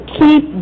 keep